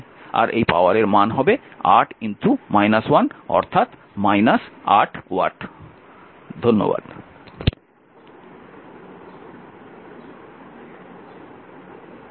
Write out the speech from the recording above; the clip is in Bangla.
আর এই পাওয়ারের মান হবে 8 অর্থাৎ 8 ওয়াট